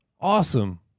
Awesome